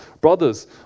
Brothers